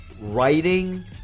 writing